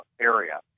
area